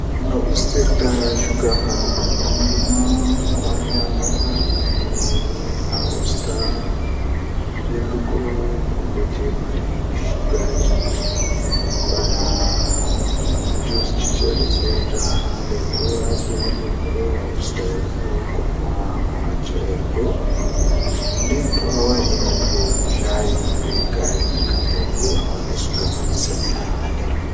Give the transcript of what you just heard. Jei waati man mi fistan dum malla mi itta dum ndenmi hoosa kesum jei wadi man mi habba dum mi lorna bano mi tawi kiddum man.